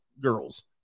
girls